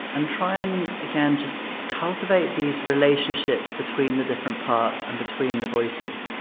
and try and, again, just cultivate these relationships between the different parts and between the voices.